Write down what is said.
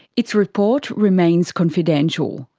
its report remains confidential,